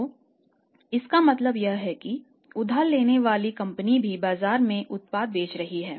तो इसका मतलब यह है कि उधार लेने वाली कंपनी भी बाजार में उत्पाद बेच रही है